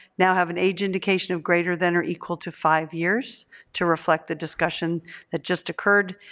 now have an age indication of greater than or equal to five years to reflect the discussion that just occurred.